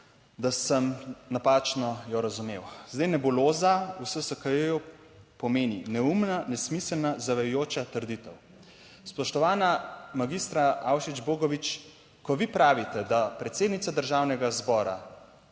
da sem napačno jo razumel. Zdaj nebuloza v SSKJ pomeni neumna, nesmiselna, zavajajoča trditev. Spoštovana magistra Avšič Bogovič, ko vi pravite, da predsednica državnega zbora